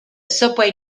subway